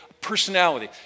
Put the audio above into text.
Personality